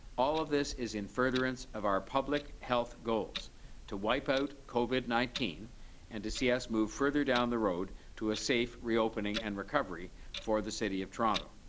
all of this is in furtherance of our public health goals to wipe out covid nineteen and to see us move further down the road to a safe reopening and recovery for the city of toronto.